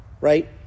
right